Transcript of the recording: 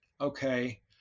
okay